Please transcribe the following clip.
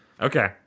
Okay